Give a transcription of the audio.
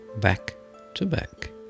back-to-back